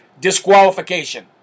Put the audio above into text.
disqualification